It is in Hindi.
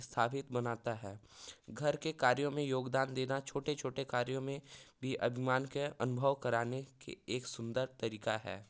स्थापित बनाता है घर के कार्यों में योगदान देना छोटे छोटे कार्यों में भी अभिमान कै अनुभव कराने के एक सुंदर तरीका है